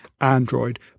android